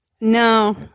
No